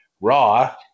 Raw